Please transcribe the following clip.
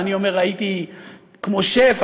ואני אומר: הייתי כמו שף,